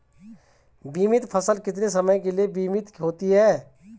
बीमित फसल कितने समय के लिए बीमित होती है?